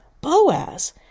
Boaz